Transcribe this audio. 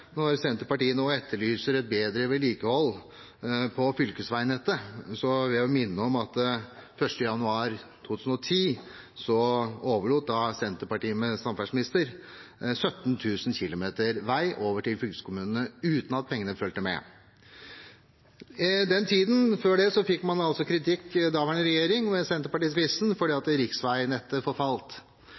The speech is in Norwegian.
når Senterpartiet nå etterlyser bedre vedlikehold på fylkesveinettet, å minne om at 1. januar 2010 overlot Senterpartiet, med samferdselsministeren, 17 000 km vei til fylkeskommunene, uten at pengene fulgte med. I tiden før det fikk daværende regjering, med Senterpartiet i spissen, kritikk for at riksveinettet forfalt.